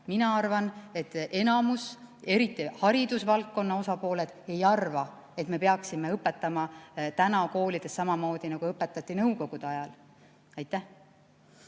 Mina arvan, et enamus, eriti haridusvaldkonna osapooled, ei arva, et me peaksime õpetama täna koolides samamoodi, nagu õpetati nõukogude ajal. Aivar